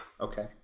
Okay